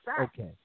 Okay